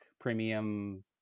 premium